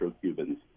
Cubans